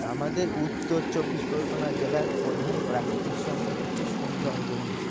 আমাদের উত্তর চব্বিশ পরগনা জেলার প্রধান প্রাকৃতিক সম্পদ হচ্ছে সুন্দরবন